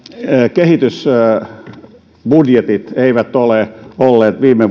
kehitysbudjetit eivät ole olleet viime